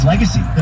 legacy